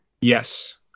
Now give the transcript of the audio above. yes